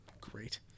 Great